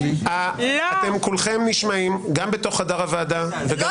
אדוני היושב-ראש, המיקרופונים כובו, הם לא